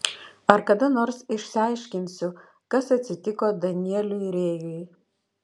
ar kada nors išsiaiškinsiu kas atsitiko danieliui rėjui